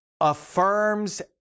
affirms